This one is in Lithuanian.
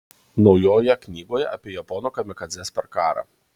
naujoje knygoje apie japonų kamikadzes per karą